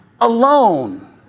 alone